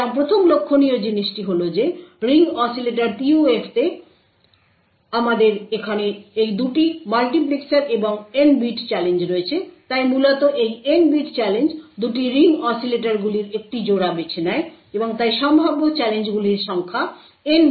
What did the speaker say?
সুতরাং প্রথম লক্ষণীয় জিনিসটি হল যে রিং অসিলেটর PUF তে আমাদের এখানে এই 2টি মাল্টিপ্লেক্সার এবং N বিট চ্যালেঞ্জ রয়েছে তাই মূলত এই N বিট চ্যালেঞ্জ 2টি রিং অসিলেটরগুলির একটি জোড়া বেছে নেয় এবং তাই সম্ভাব্য চ্যালেঞ্জগুলির সংখ্যা N বেছে নিয়েছে 2